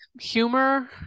humor